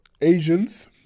Asians